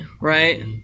right